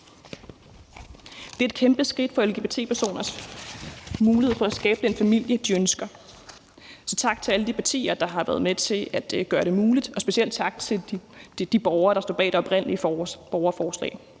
Det er et kæmpe skridt for lgbt-personers mulighed for at skabe den familie, de ønsker. Så tak til alle de partier, der har været med til at gøre det muligt, og specielt tak til de borgere, der står bag det oprindelige borgerforslag.